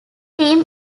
team